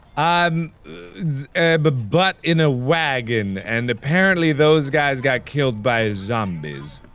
um but but in a wagon and apparently those guys got killed by zombies.